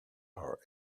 our